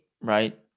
right